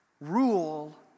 Rule